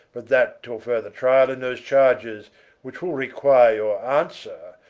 but that till further triall, in those charges which will require your answer,